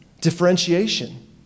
differentiation